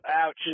ouch